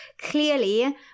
clearly